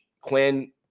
Quinn